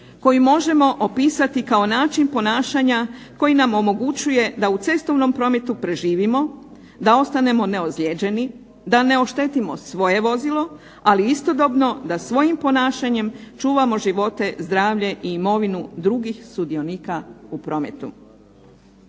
koju možemo opisati kao način ponašanja koji nam omogućuje da u cestovnom prometu preživimo, da ostanemo neozlijeđeni, da ne oštetimo svoje vozilo, ali istodobno da svojim ponašanjem čuvamo živote, zdravlje i imovinu drugih sudionika u prometu.